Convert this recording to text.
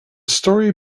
story